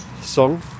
song